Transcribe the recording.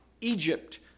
Egypt